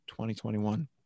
2021